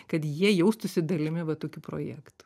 kad jie jaustųsi dalimi va tokių projektų